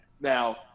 now